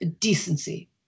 decency